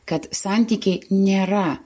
kad santykiai nėra